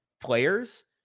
players